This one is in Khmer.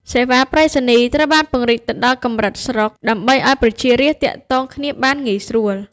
សេវាប្រៃសណីយ៍ត្រូវបានពង្រីកទៅដល់កម្រិតស្រុក ដើម្បីឱ្យប្រជារាស្ត្រទាក់ទងគ្នាបានងាយស្រួល។